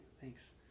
thanks